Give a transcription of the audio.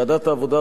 ועדת העבודה,